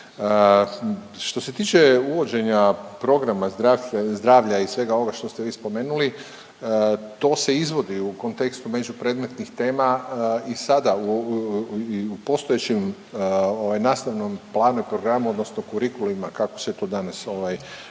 Što se tiče uvođenja zdravlja i svega ovoga što ste vi spomenuli, to se izvodi u kontekstu međupredmetnih tema i sada i u postojećem nastavnom planu i programu odnosno kurikulima kako se to danas zove,